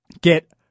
Get